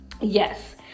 yes